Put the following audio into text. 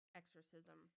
exorcism